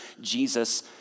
Jesus